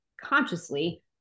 consciously